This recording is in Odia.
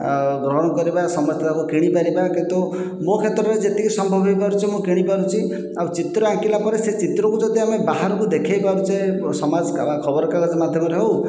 ଆଉ ବହନ କରିବା ସମସ୍ତଙ୍କ କିଣିପାରିବା କିନ୍ତୁ ମୋ କ୍ଷେତ୍ରରେ ଯେତିକି ସମ୍ଭବ ହୋଇପାରୁଛି ମୁଁ କିଣିପାରୁଛି ଆଉ ଚିତ୍ର ଆଙ୍କିଲାପରେ ସେ ଚିତ୍ରକୁ ଯଦି ଆମେ ବାହାରକୁ ଦେଖାଇପାରୁଛେ ସମାଜ ଖବରକାଗଜ ମାଧ୍ୟମରେ ହେଉ